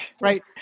right